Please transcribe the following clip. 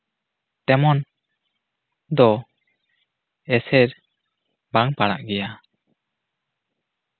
ᱛᱮᱢᱚᱱ ᱫᱚ ᱮᱥᱮᱨ ᱵᱟᱝ ᱯᱟᱲᱟᱜ ᱜᱮᱭᱟ